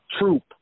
Troop